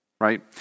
right